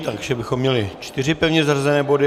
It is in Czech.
Takže bychom měli čtyři pevně zařazené body.